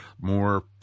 more